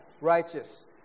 righteous